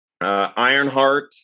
Ironheart